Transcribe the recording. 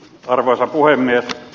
arvoisa puhemies